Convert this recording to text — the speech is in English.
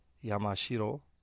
Yamashiro